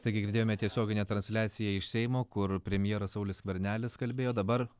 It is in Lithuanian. taigi girdėjome tiesioginę transliaciją iš seimo kur premjeras saulius skvernelis kalbėjo dabar